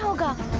ah gods